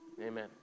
Amen